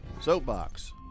Soapbox